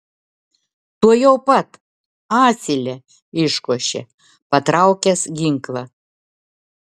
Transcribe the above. tuojau pat asile iškošė patraukęs ginklą